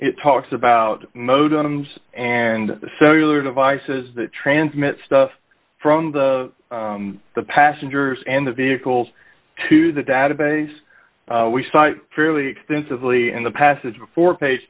it talks about modems and so you are devices that transmit stuff from the the passengers and the vehicles to the database we saw fairly extensively in the passage before page